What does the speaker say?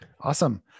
Awesome